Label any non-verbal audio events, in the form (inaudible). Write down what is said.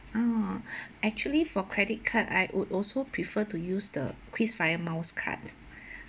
ah (breath) actually for credit card I would also prefer to use the KrisFlyer miles card (breath)